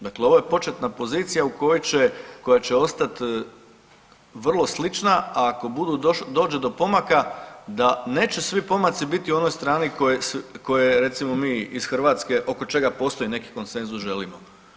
Dakle, ovo je početna pozicija koja će ostat vrlo slična, a ako dođe do pomaka da neće svi pomaci biti u onoj strani koje recimo mi iz Hrvatske oko čega postoji neki konsenzus želimo.